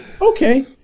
okay